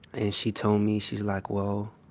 and she told me, she like, well,